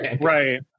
right